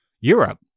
Europe